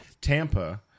Tampa